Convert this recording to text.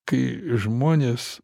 kai žmonės